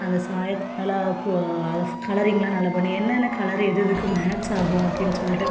அந்த சாயத்து மேல் போ அந்த கலரிங்லாம் நல்ல பண்ணி என்னென்ன கலர் எது எதுக்கு மேட்ச் ஆகும் அப்படின்னு சொல்லிட்டு